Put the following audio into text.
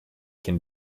can